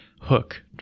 hook